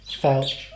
felt